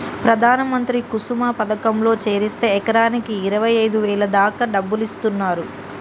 ప్రధాన మంత్రి కుసుమ పథకంలో చేరిస్తే ఎకరాకి అరవైఐదు వేల దాకా డబ్బులిస్తున్నరు